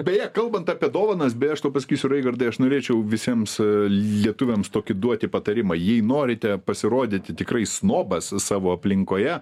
beje kalbant apie dovanas beje aš tau pasakysiu raigardai aš norėčiau visiems lietuviams tokį duoti patarimą jei norite pasirodyti tikrai snobas savo aplinkoje